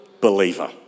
believer